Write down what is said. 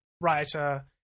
writer